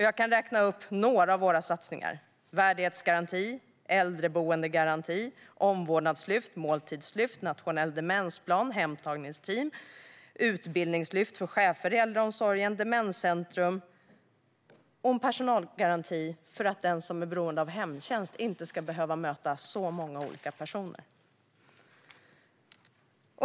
Jag kan räkna upp några av våra satsningar: värdighetsgaranti, äldreboendegaranti, omvårdnadslyft, måltidslyft, nationell demensplan, hemtagningsteam, utbildningslyft för chefer i äldreomsorgen, demenscentrum och personalgaranti för att den som är beroende av hemtjänst inte ska behöva möta så många olika personer.